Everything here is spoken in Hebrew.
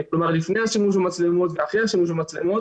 כלומר לפני השימוש במצלמות ואחרי השימוש במצלמות.